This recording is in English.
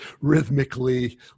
rhythmically